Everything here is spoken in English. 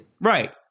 right